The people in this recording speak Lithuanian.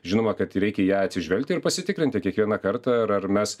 žinoma kad reikia ją atsižvelgti ir pasitikrinti kiekvieną kartą ar ar mes